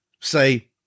say